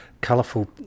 colourful